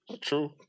True